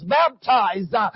baptized